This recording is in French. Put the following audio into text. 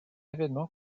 événement